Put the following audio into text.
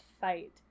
fight